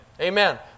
Amen